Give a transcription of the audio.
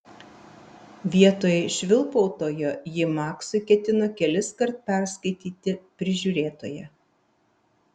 vietoj švilpautojo ji maksui ketino keliskart perskaityti prižiūrėtoją